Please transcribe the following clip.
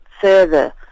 further